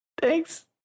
Thanks